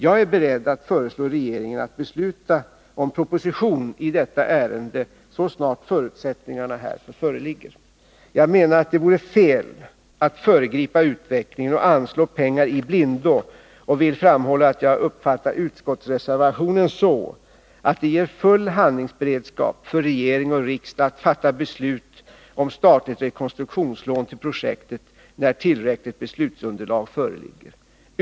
Jag är beredd att föreslå regeringen att besluta om proposition i detta ärende så snart förutsättningarna härför föreligger. Det vore enligt min mening fel att föregripa utvecklingen och anslå pengar i blindo, och jag vill framhålla att jag uppfattar utskottsreservationen så, att den ger full handlingsberedskap för regering och riksdag att fatta beslut om statligt rekonstruktionslån för projektet när tillräckligt beslutsunderlag föreligger.